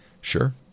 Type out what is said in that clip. Sure